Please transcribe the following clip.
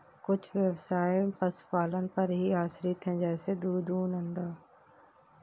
कुछ ब्यवसाय पशुपालन पर ही आश्रित है जैसे दूध, ऊन, अंडा